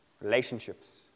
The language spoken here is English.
Relationships